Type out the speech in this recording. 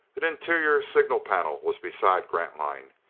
an interior signal panel was beside grantline.